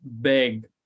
big